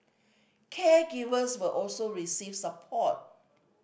caregivers will also receive support